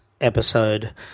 episode